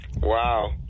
Wow